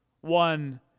one